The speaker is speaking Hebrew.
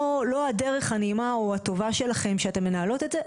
לא הדרך הנעימה או הטובה שלכם, שאתם מנהלים את זה.